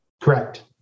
Correct